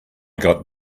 got